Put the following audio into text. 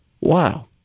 Wow